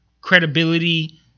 credibility